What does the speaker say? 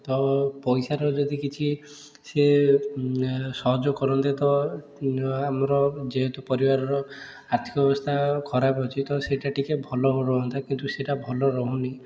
ତ ପଇସାର ଯଦି କିଛି ସେ ସହଯୋଗ କରନ୍ତେ ତ ଆମର ଯେହେତୁ ପରିବାରର ଆର୍ଥିକ ଅବସ୍ଥା ଖରାପ ଅଛି ତ ସେଇଟା ଟିକେ ଭଲ ରୁହନ୍ତା କିନ୍ତୁ ସେଇଟା ଭଲ ରହୁନି